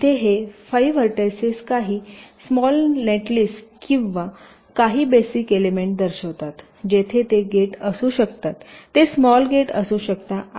जिथे हे 5 व्हर्टायसेस काही स्माल नेटलिस्ट किंवा काही बेसिक एलिमेंट दर्शवितात जेथे ते गेट असू शकतात ते स्माल गेट असू शकतात